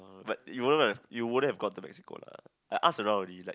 but you won't like you wouldn't have go to Mexico lah I ask around already like